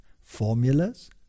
formulas